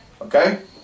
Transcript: Okay